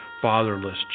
fatherless